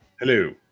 Hello